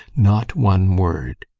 not one word!